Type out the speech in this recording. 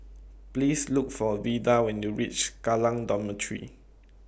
Please Look For Vida when YOU REACH Kallang Dormitory